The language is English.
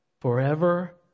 forever